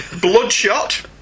Bloodshot